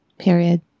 period